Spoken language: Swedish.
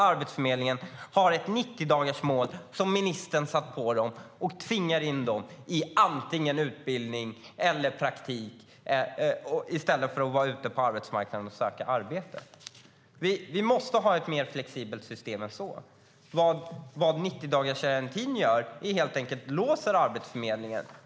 Arbetsförmedlingens 90-dagarsmål, som ministern satt på dem, tvingar in dem antingen i utbildning eller i praktik i stället för att de är ute på arbetsmarknaden och söker arbete. Vi måste ha ett mer flexibelt system än så. 90-dagarsgarantin låser Arbetsförmedlingen.